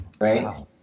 Right